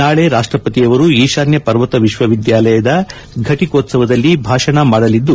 ನಾಳೆ ರಾಷ್ಟಪತಿಯವರು ಈತಾನ್ಯ ಪರ್ವತ ವಿಶ್ವವಿದ್ಯಾಲಯದ ಫಟಿಕೋತ್ಸವದಲ್ಲಿ ಭಾಷಣ ಮಾಡಲಿದ್ದು